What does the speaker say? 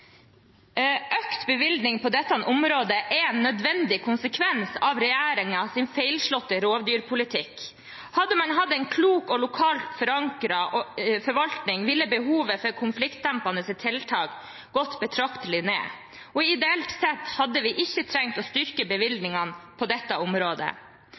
på dette området er en nødvendig konsekvens av regjeringens feilslåtte rovdyrpolitikk. Hadde man hatt en klok og lokalt forankret forvaltning, ville behovet for konfliktdempende tiltak gått betraktelig ned, og ideelt sett hadde vi ikke trengt å styrke bevilgningene på dette området.